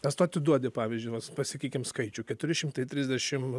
nes tu atiduodi pavyzdžiui vat pasakykim skaičių keturi šimtai trisdešim